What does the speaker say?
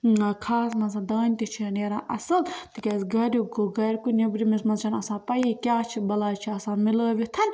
ٲں خاص منٛز دانہِ تہِ چھُ نیران اصٕل تِکیٛازِ گھریٛک گوٚو گھرکُے نیٚبرِمِس مَنٛز چھَنہٕ آسان پَیی کیٛاہ چھِ بَلاے چھِ آسان مِلٲیِتھ